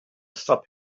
stop